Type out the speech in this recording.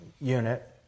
unit